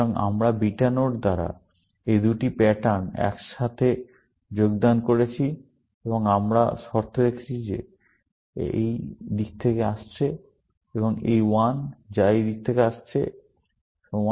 সুতরাং আমরা একটি বিটা নোড দ্বারা এই দুটি প্যাটার্ন একসাথে যোগদান করেছি এবং আমরা একটি শর্ত রেখেছি যে এই t যা এই দিক থেকে আসছে এবং এই t যা এই দিক থেকে আসছে সমান